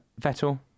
Vettel